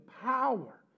power